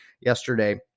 yesterday